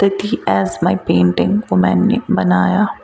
تٔتھی is my painting وہ میں نے بنایا